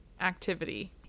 activity